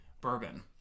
bourbon